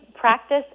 practice